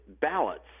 ballots